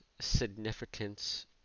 significance